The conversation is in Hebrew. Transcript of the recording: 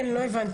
כן, לא הבנתי.